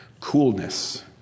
coolness